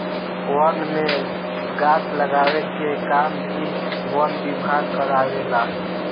वन में गाछ लगावे के काम भी वन विभाग कारवावे ला